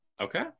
Okay